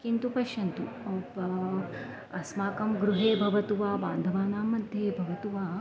किन्तु पश्यन्तु अस्माकं गृहे भवतु वा बान्धवानां मध्ये भवतु वा